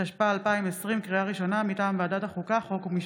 התשפ"א 2020, מטעם ועדת החוקה, חוק ומשפט.